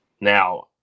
Now